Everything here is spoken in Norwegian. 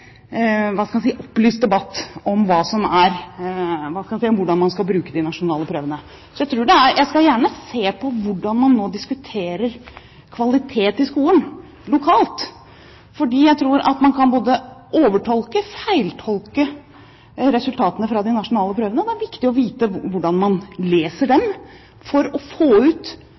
opplyst debatt om hvordan man skal bruke de nasjonale prøvene. Jeg skal gjerne se på hvordan man nå diskuterer kvalitet i skolen lokalt, for jeg tror at man både kan overtolke og feiltolke resultatene fra de nasjonale prøvene. Det er viktig å vite hvordan man leser dem for å få ut